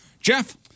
Jeff